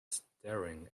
staring